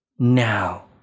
Now